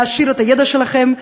להעשיר את הידע שלכם,